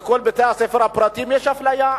שבכל בתי-הספר הפרטיים יש אפליה.